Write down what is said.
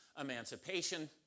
emancipation